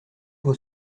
vos